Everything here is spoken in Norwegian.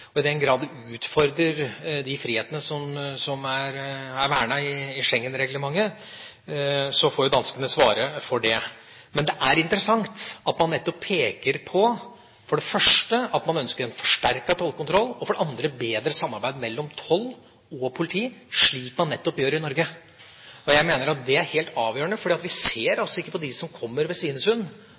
I den grad det utfordrer de frihetene som er vernet i Schengen-reglementet, får danskene svare for det. Men det er interessant at man nettopp peker på at man ønsker for det første en forsterket tollkontroll og for det andre bedre samarbeid mellom toll og politi, slik man nettopp gjør det i Norge. Jeg mener at det er helt avgjørende, for vi ser ikke på dem som kommer ved